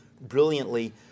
brilliantly